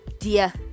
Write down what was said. Dear